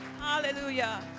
Hallelujah